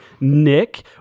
Nick